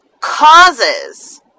causes